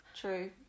True